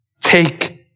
take